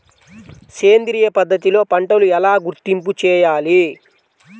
సేంద్రియ పద్ధతిలో పంటలు ఎలా గుర్తింపు చేయాలి?